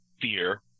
fear